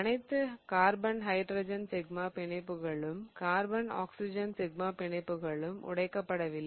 அனைத்து carbon hydrogen sigma பிணைப்புகளும் carbon oxygen sigma பிணைப்புகளும் உடைக்கப்படவில்லை